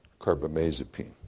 carbamazepine